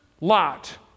Lot